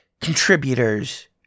contributors